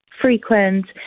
frequent